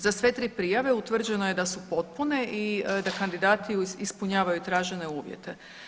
Za sve tri prijave utvrđeno je da su potpune i da kandidati ispunjavaju tražene uvjete.